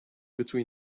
between